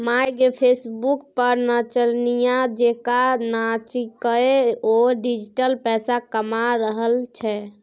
माय गे फेसबुक पर नचनिया जेंका नाचिकए ओ डिजिटल पैसा कमा रहल छै